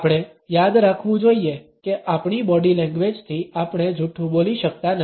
આપણે યાદ રાખવું જોઈએ કે આપણી બોડી લેંગ્વેજથી આપણે જૂઠું બોલી શકતા નથી